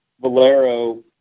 Valero